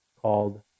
called